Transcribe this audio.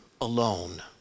alone